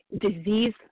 disease